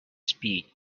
speed